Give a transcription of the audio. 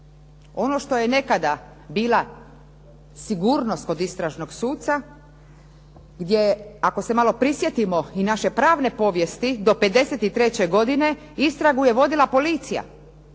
Ono što je nekada bila sigurnost kod istražnog suca gdje je ako se malo prisjetimo i naše pravne povijesti do 53. godine istragu je vodila policija